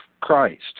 Christ